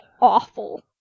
awful